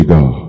God